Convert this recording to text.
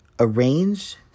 Arrange